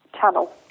channel